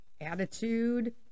attitude